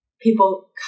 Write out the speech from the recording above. people